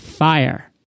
Fire